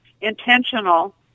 intentional